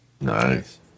Nice